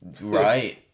Right